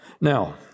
Now